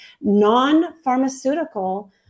non-pharmaceutical